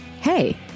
Hey